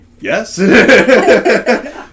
yes